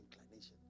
inclination